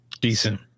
Decent